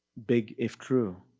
big if true.